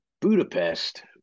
Budapest